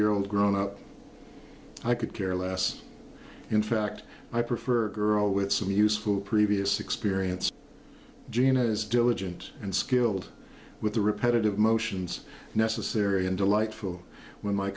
year old grown up i could care less in fact i prefer girl with some useful previous experience jean has diligent and skilled with the repetitive motions necessary and delightful when my